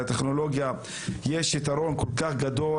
לטכנולוגיה יש יתרון גדול,